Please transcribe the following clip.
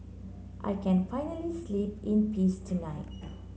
I can finally sleep in peace tonight